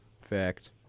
Fact